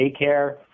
daycare